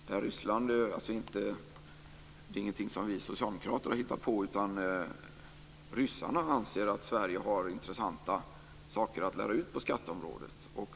Det är ingenting som vi socialdemokrater har hittat på, utan ryssarna anser att Sverige har intressanta saker att lära ut på skatteområdet.